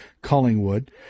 Collingwood